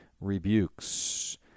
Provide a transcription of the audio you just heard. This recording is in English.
rebukes